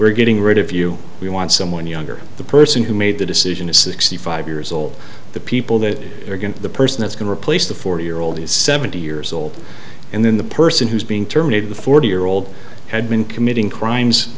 we're getting rid of you we want someone younger the person who made the decision is sixty five years old the people that are going to the person that's been replaced the forty year old is seventy years old and then the person who's being terminated the forty year old had been committing crimes